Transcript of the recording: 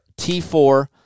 T4